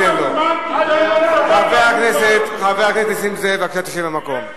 חבר הכנסת נסים זאב, שב במקום בבקשה.